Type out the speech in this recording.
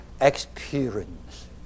experience